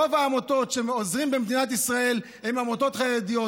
רוב העמותות שעוזרות במדינת ישראל הן עמותות חרדיות.